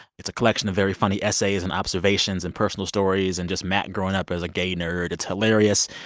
it's a collection of very funny essays, and observations, and personal stories and just matt growing up as a gay nerd. it's hilarious.